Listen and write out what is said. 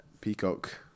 Peacock